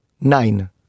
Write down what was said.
Nine